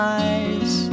eyes